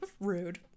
Rude